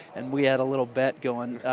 and we had a little bet going.